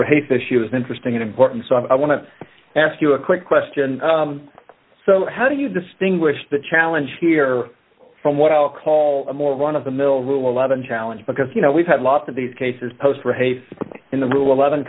race issue is interesting and important so i want to ask you a quick question so how do you distinguish the challenge here from what i'll call a more one of the mill rule eleven challenge because you know we've had lots of these cases post race in the rule eleven